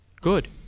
Good